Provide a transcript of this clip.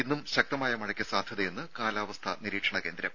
ഇന്നും ശക്തമായ മഴയ്ക്ക് സാധ്യതയെന്ന് കാലാവസ്ഥാ നിരീക്ഷണ കേന്ദ്രം